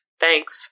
Thanks